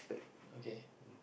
okay